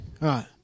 right